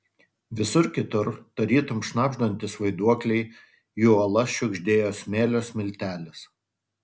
visur kitur tarytum šnabždantys vaiduokliai į uolas šiugždėjo smėlio smiltelės